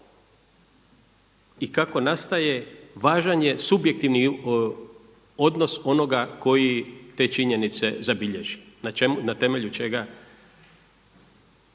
i kako nastaje važan je subjektivni odnos onoga koji te činjenice zabilježi na temelju čega